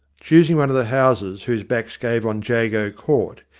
choosing one of the houses whose backs gave on jago court,